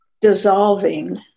dissolving